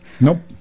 Nope